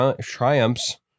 triumphs